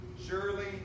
Surely